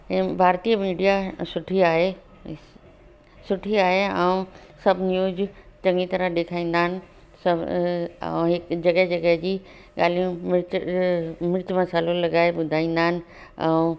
भारतीय मीडिया सुठी आहे सुठी आहे ऐं सभु न्यूज़ बि चङी तरह ॾेखारींदा आहिनि सभु ऐं जॻहि जॻहि जी ॾाढियूं मिर्च मिर्च मसाल्हो लॻाए ॿुधाईंदा आहिनि ऐं